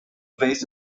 based